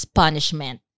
punishment